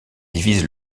divise